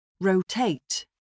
Rotate